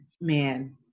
man